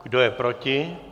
Kdo je proti?